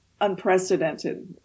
unprecedented